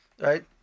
right